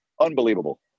unbelievable